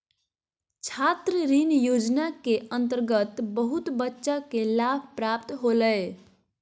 छात्र ऋण योजना के अंतर्गत बहुत बच्चा के लाभ प्राप्त होलय